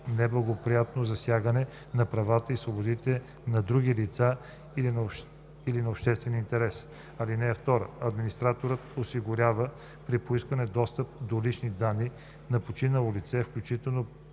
неблагоприятно засягане на правата и свободите на други лица или на обществен интерес. (2) Администраторът осигурява при поискване достъп до лични данни на починало лице, включително